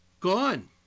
gone